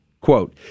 Quote